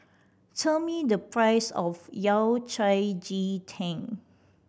tell me the price of Yao Cai ji tang